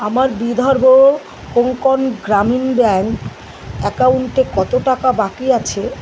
আমার বিদর্ভ কোঙ্কন গ্রামীণ ব্যাঙ্ক অ্যাকাউন্টে কত টাকা বাকি আছে